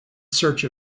search